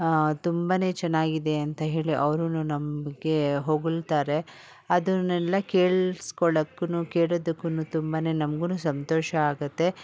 ತುಂಬನೇ ಚೆನ್ನಾಗಿದೆ ಅಂತ ಹೇಳಿ ಅವ್ರೂ ನಮಗೆ ಹೊಗಳ್ತಾರೆ ಅದನ್ನೆಲ್ಲ ಕೇಳಿಸ್ಕೊಳ್ಳೋಕ್ಕೂ ಕೇಳೋದುಕ್ಕೂ ತುಂಬನೆ ನಮಗೂ ಸಂತೋಷ ಆಗುತ್ತೆ